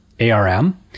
ARM